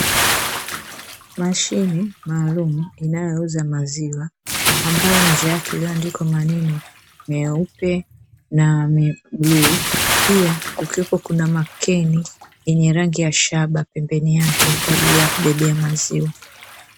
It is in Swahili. Mashine maalumu inayo uza maziwa ambayo nje yake imeandikwa maneno meupe na bluu. Pia kuna keni yenye rangi ya shaba kwa ajili ya kubebea maziwa.